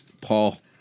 Paul